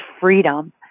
freedom